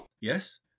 Yes